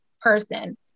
person